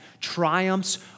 triumphs